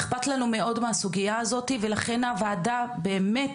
איכפת לנו מאוד מהסוגייה הזאתי ולכן הוועדה באמת